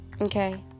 Okay